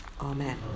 Amen